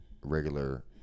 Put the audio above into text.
regular